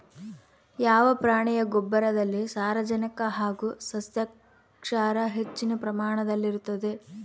ಯಾವ ಪ್ರಾಣಿಯ ಗೊಬ್ಬರದಲ್ಲಿ ಸಾರಜನಕ ಹಾಗೂ ಸಸ್ಯಕ್ಷಾರ ಹೆಚ್ಚಿನ ಪ್ರಮಾಣದಲ್ಲಿರುತ್ತದೆ?